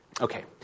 Okay